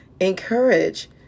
encourage